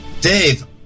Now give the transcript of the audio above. Dave